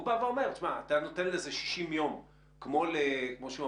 הוא אומר שאתה נותן לזה 60 ימים כמו לסגירת